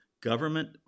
government